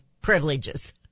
privileges